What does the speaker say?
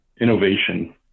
innovation